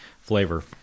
flavor